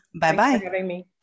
bye-bye